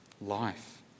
Life